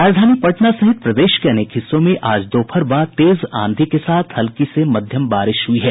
राजधानी पटना सहित प्रदेश के अनेक हिस्सों में आज दोपहर बाद तेज आंधी के साथ हल्की से मध्यम बारिश हुई है